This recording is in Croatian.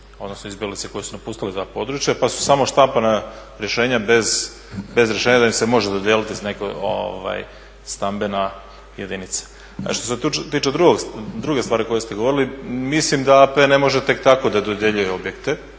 odnosno izbjeglice koje su napustile ta područja pa su samo štampana rješenja bez rješenja da im se može dodijeliti neka stambena jedinica. A što se tiče druge stvari o kojoj ste govorili, mislim da … ne može tek tako da dodjeljuje objekte